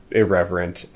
irreverent